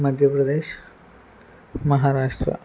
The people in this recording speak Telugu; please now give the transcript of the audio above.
మధ్యప్రదేశ్ మహారాష్ట్ర